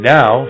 now